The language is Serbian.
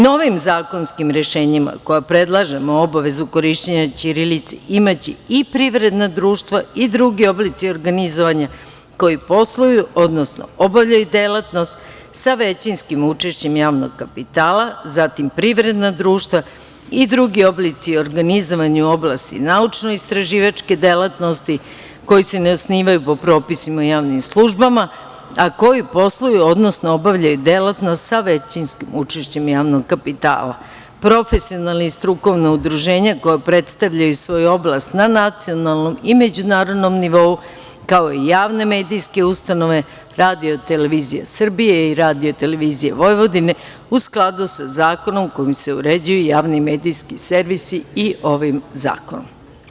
Novim zakonskim rešenjima, kojima predlažemo obavezu korišćenja ćirilice, imaće i privredna društva i drugi oblici organizovanja koji posluju, odnosno obavljaju delatnost sa većinskim učešćem javnog kapitala, zatim, privredna društva i drugi oblici organizovanja u oblasti naučno-istraživačke delatnosti koji se ne osnivaju po propisima u javnim službama, a koji posluju, odnosno obavljaju delatnost sa većinskim učešćem javnog kapitala, profesionalna i strukovna udruženja koja predstavljaju svoju oblast na nacionalnom i međunarodnom nivou, kao i javne medijske ustanove, RTS i RTV, u skladu sa zakonom kojim se uređuju javni medijski servisi i ovim zakonom.